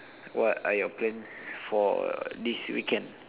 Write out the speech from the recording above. what are your plans for this weekend